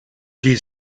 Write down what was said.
she